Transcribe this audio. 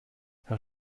herr